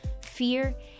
fear